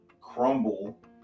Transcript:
crumble